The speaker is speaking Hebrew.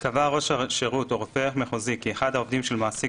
(ה) קבע ראש השירות או רופא מחוזי כי אחד העובדים של מעסיק